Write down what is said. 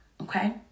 Okay